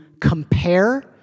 compare